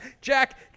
Jack